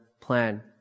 plan